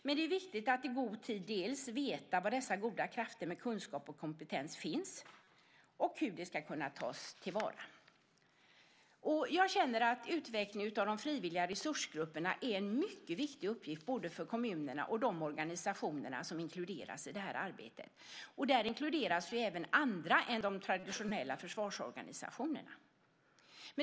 Därför är det viktigt att i god tid veta var dessa goda krafter med kunskap och kompetens finns och hur de ska kunna tas till vara. Jag känner att utvecklingen av de frivilliga resursgrupperna är en mycket viktig uppgift både för kommunerna och för de organisationer som inkluderas i det arbetet. Där inkluderas ju även andra än de traditionella försvarsorganisationerna.